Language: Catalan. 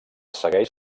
segueix